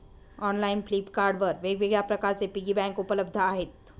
online Flipkart वर वेगवेगळ्या प्रकारचे पिगी बँक उपलब्ध आहेत